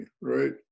right